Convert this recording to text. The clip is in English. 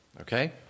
okay